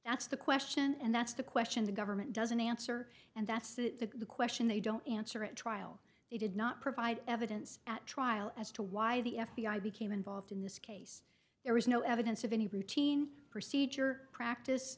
that's the question and that's the question the government doesn't answer and that's the question they don't answer at trial they did not provide evidence at trial as to why the f b i became involved in this case there was no evidence of any routine procedure practice